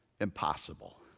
impossible